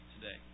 today